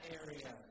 area